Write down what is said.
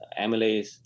amylase